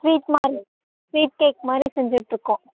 sweet மாரி sweet cake மாரி செஞ்சிகிட்டு இருக்கோம்